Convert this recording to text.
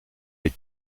les